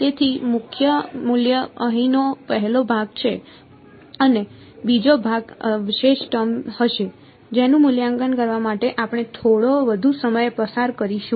તેથી મુખ્ય મૂલ્ય અહીંનો પહેલો ભાગ છે અને બીજો ભાગ અવશેષ ટર્મ હશે જેનું મૂલ્યાંકન કરવા માટે આપણે થોડો વધુ સમય પસાર કરીશું